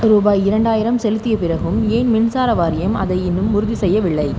ரூபாய் இரண்டாயிரம் செலுத்திய பிறகும் ஏன் மின்சார வாரியம் அதை இன்னும் உறுதி செய்யவில்லை